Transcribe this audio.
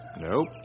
Nope